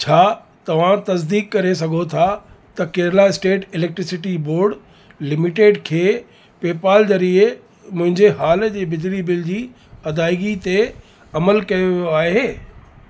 छा तव्हां तसदीकु करे सघो था त Kerala state electricity board limited खे पेपाल ज़रिए मु़ंहिंजे हाल जे बिजली बिल जी अदायगी ते अमलु कयो वियो आहे